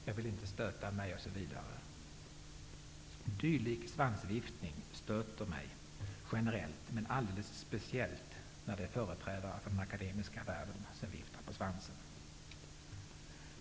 Jag vill inte stöta mig osv. Dylik svansviftning stöter mig generellt och alldeles speciellt när det är företrädare för den akademiska världen som viftar på svansen.